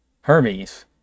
Hermes